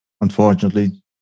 unfortunately